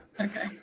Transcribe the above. Okay